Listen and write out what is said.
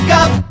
up